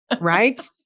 right